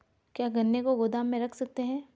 क्या गन्ने को गोदाम में रख सकते हैं?